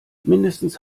mindestens